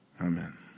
Amen